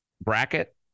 bracket